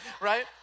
right